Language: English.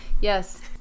Yes